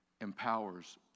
empowers